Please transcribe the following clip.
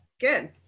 Good